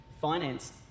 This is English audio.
Finance